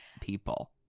people